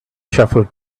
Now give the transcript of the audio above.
shepherd